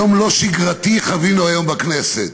יום לא שגרתי חווינו היום בכנסת: